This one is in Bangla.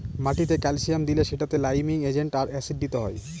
মাটিতে ক্যালসিয়াম দিলে সেটাতে লাইমিং এজেন্ট আর অ্যাসিড দিতে হয়